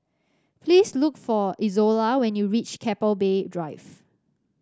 please look for Izola when you reach Keppel Bay Drive